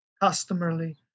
customarily